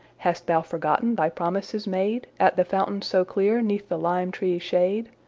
hast thou forgotten thy promises made at the fountain so clear neath the lime-tree's shade?